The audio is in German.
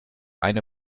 eine